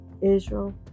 Israel